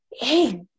Hey